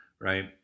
right